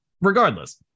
regardless